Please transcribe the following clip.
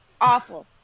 Awful